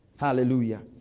hallelujah